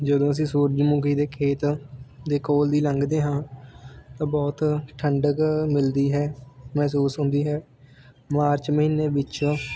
ਜਦੋਂ ਅਸੀਂ ਸੂਰਜਮੁਖੀ ਦੇ ਖੇਤ ਦੇ ਕੋਲ ਦੀ ਲੰਘਦੇ ਹਾਂ ਤਾਂ ਬਹੁਤ ਠੰਡਕ ਮਿਲਦੀ ਹੈ ਮਹਿਸੂਸ ਹੁੰਦੀ ਹੈ ਮਾਰਚ ਮਹੀਨੇ ਵਿੱਚ